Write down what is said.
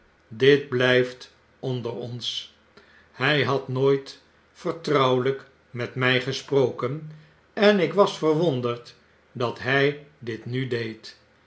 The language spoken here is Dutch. dit blyft onder ons hy had nooit vertrouwelyk met my gesproken en ik was verwonderd dat hy dit nu deed